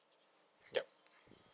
yup